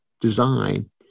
design